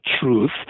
truth